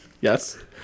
Yes